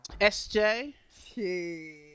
SJ